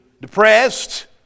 depressed